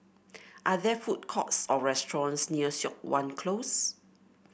are there food courts or restaurants near Siok Wan Close